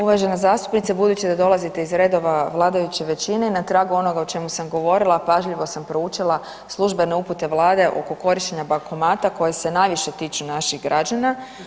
Uvažena zastupnice, budući da dolazite iz redova vladajuće većine i na tragu onoga o čemu sam govorila, pažljivo sam proučila službene upute Vlada oko korištenja bankomata koje se najviše tiču naših građana.